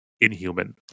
inhuman